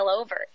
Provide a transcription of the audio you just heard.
over